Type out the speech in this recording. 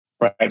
right